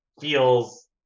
feels